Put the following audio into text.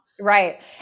Right